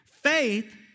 Faith